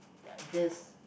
this